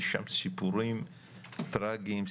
יש שם סיפורים טרגיים,